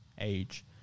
age